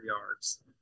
yards